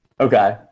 Okay